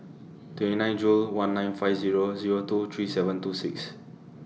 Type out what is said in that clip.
twenty nine Jul one nine five Zero Zero two three seven two six